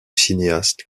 cinéaste